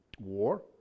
War